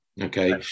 Okay